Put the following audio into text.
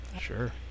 sure